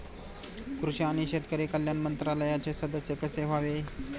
कृषी आणि शेतकरी कल्याण मंत्रालयाचे सदस्य कसे व्हावे?